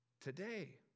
today